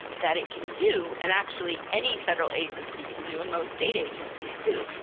that it can do and actually any federal agency can do in most state agencies too,